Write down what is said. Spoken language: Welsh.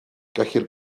gellir